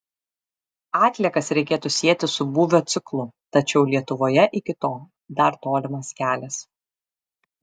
atliekas reikėtų sieti su būvio ciklu tačiau lietuvoje iki to dar tolimas kelias